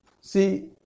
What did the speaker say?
See